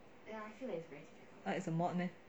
it's a mod meh